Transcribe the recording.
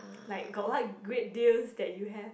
like got what great deals that you have